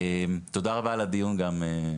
תודה רבה על הדיון גם,